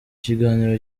kiganiro